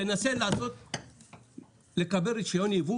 תנסה לקבל רישיון ייבוא